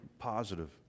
positive